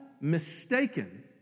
mistaken